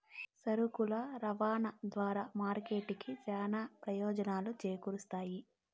సరుకుల రవాణా ద్వారా మార్కెట్ కి చానా ప్రయోజనాలు చేకూరుతాయి